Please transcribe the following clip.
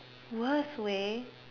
worst way